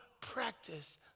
practice